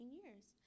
years